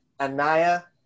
Anaya